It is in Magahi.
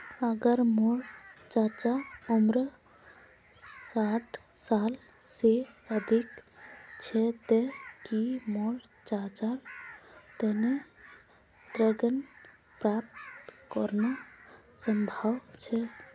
अगर मोर चाचा उम्र साठ साल से अधिक छे ते कि मोर चाचार तने ऋण प्राप्त करना संभव छे?